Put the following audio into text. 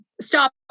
stop